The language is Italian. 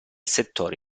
settore